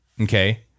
Okay